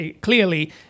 clearly